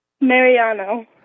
Mariano